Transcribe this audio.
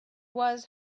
was